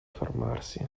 fermarsi